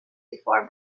before